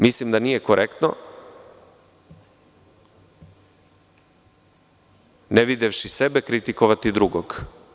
Mislim da nije korektno ne videvši sebe kritikovati drugog.